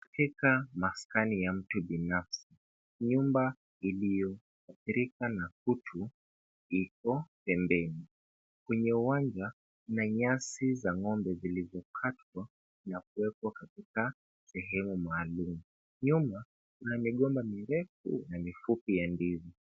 Katika maskani ya mtu binafsi, nyumba iliyo athirika na kitu, iko pembeni. Kwenye uwanja kuna nyasi za ng'ombe zilizokatwa na kuwekwa sehemu maalum. Nyuma kuna migomba mirefu na mifupi ya ndizi.